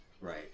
Right